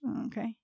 okay